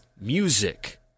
music